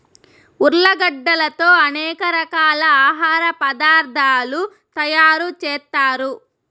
ఉర్లగడ్డలతో అనేక రకాల ఆహార పదార్థాలు తయారు చేత్తారు